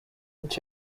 each